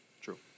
true